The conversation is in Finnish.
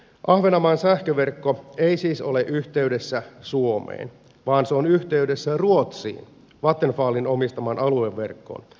ahvenanmaan sähköverkko ei siis ole yhteydessä suomeen vaan se on yhteydessä ruotsiin vattenfallin omistamaan alueverkkoon